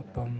അപ്പം